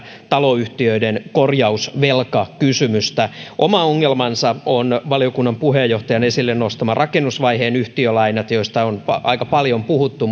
taloyhtiöiden korjausvelkakysymystä oma ongelmansa on valiokunnan puheenjohtajan esille nostamat rakennusvaiheen yhtiölainat joista on aika paljon puhuttu